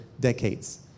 decades